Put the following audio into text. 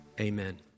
Amen